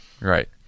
Right